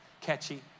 catchy